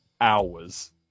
hours